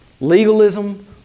Legalism